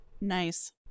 nice